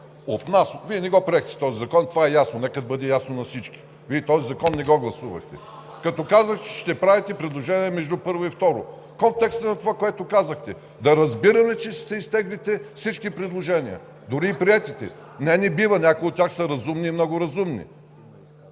Вие не го приехте този закон – това е ясно. Нека да бъде ясно на всички – Вие този закон не го гласувахте, като казахте, че ще правите предложения между първо и второ гласуване. В контекста на това, което казахте, да разбирам ли, че ще изтеглите всички предложения, дори приетите? Не, не бива. Някои от тях са разумни и много разумни.